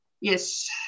Yes